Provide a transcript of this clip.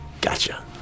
gotcha